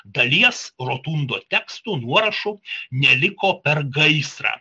dalies rotundo teksto nuorašų neliko per gaisrą